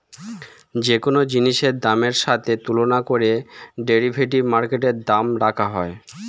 যে কোন জিনিসের দামের সাথে তুলনা করে ডেরিভেটিভ মার্কেটে দাম রাখা হয়